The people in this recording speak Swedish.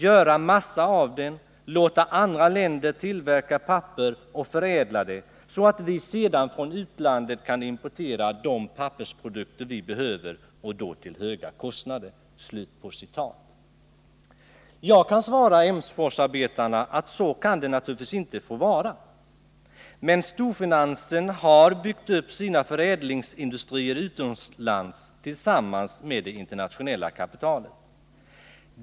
Göra massa av den, låta andra länder tillverka papper och förädla det, så att vi sedan från utlandet kan importera de pappersprodukter vi behöver, och då till höga kostnader.” Jag kan svara Emsforsarbetarna att så kan det naturligtvis inte få vara. Men storfinansen har byggt upp sina förädlingsindustrier utomlands tillsammans med det internationella kapitalet.